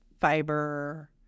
fiber